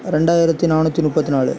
ரெண்டாயிரத்து நானுற்றி முப்பத்து நாலு